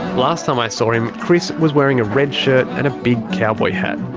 last time i saw him, chris was wearing a red shirt, and a big cowboy hat.